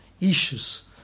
issues